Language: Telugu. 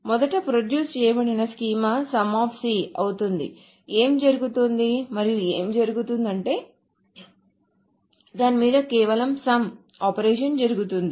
మొదట ప్రొడ్యూస్ చేయబడిన స్కీమా అవుతుంది ఏమి జరుగుతోంది మరియు ఏమి జరుగుతుందంటే దాని మీద కేవలం సమ్ ఆపరేషన్ జరుగుతుంది